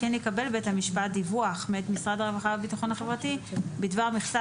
כן יקבל בית המשפט דיווח מאת משרד הרווחה והביטחון החברתי בדבר מכסת